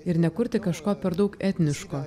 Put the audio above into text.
ir nekurti kažko per daug etniško